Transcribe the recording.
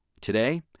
Today